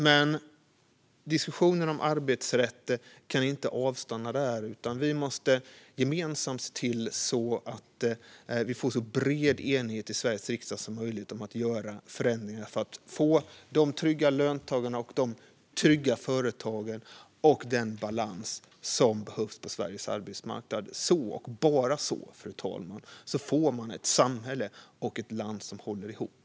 Men diskussionen om arbetsrätt kan inte avstanna där, utan vi måste gemensamt se till att vi får så bred enighet som möjligt i Sveriges riksdag om att göra förändringar för att få trygga löntagare och företagare samt den balans som behövs på Sveriges arbetsmarknad. Så och bara så, fru talman, får vi ett samhälle och ett land som håller ihop.